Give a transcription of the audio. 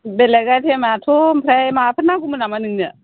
बेलेगा जेनेबाथ' ओमफ्राय माबाफोर नांगौमोन नामा नोंनो